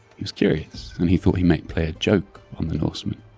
he was curious and he thought he might play a joke on the norsemen,